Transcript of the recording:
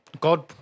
God